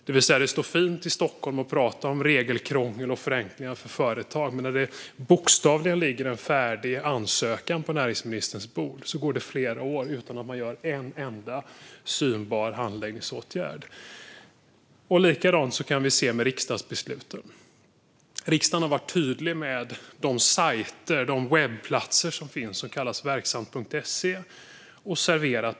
Det går fint att stå i Stockholm och prata om regelkrångel och förenklingar för företag, men när det bokstavligen ligger en färdig ansökan på näringsministerns bord går det flera år utan att man vidtar en enda synbar handläggningsåtgärd. Det ser likadant ut när det gäller riksdagsbesluten. Riksdagen har varit tydlig när det gäller till exempel webbplatsen Verksamt.se och med Serverat.